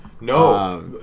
No